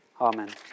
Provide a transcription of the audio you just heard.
Amen